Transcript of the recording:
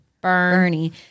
Bernie